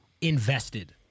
invested